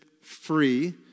free